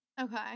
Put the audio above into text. Okay